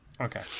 Okay